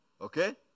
Okay